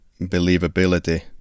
believability